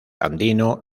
andino